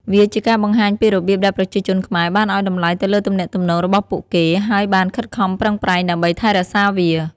វាជាការបង្ហាញពីរបៀបដែលប្រជាជនខ្មែរបានឲ្យតម្លៃទៅលើទំនាក់ទំនងរបស់ពួកគេហើយបានខិតខំប្រឹងប្រែង ដើម្បីថែរក្សាវា។